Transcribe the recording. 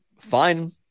fine